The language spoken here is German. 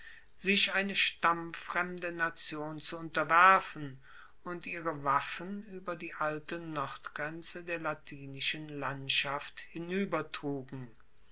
sich eine stammfremde nation zu unterwerfen und ihre waffen ueber die alte nordgrenze der latinischen landschaft